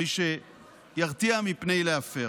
ירתיע מפני הפרה.